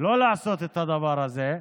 שלא לעשות את הדבר הזה,